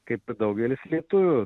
kaip daugelis lietuvių